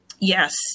Yes